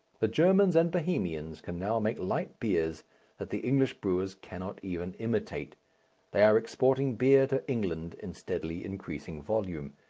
the germans and bohemians can now make light beers that the english brewers cannot even imitate they are exporting beer to england in steadily increasing volume.